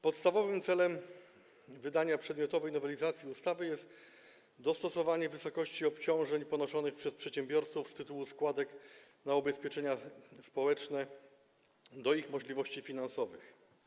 Podstawowym celem przedmiotowej nowelizacji ustawy jest dostosowanie wysokości obciążeń ponoszonych przez przedsiębiorców z tytułu składek na ubezpieczenia społeczne do ich możliwości finansowych.